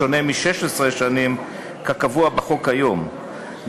בשונה מ-16 שנים כקבוע בחוק היום,